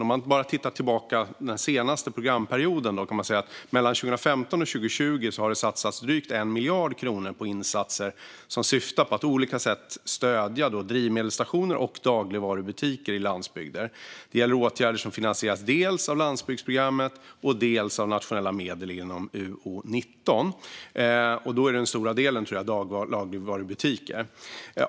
Om vi tittar tillbaka på bara den senaste programperioden kan vi se att det mellan 2015 och 2020 satsades drygt 1 miljard kronor på insatser som syftar till att på olika sätt stödja drivmedelsstationer och dagligvarubutiker i landsbygder. Det gäller åtgärder som finansieras dels av landsbygdsprogrammet, dels av nationella medel inom utgiftsområde 19. Då är den stora delen, tror jag, dagligvarubutiker.